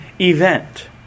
event